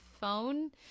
phone